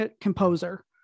composer